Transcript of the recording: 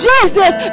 Jesus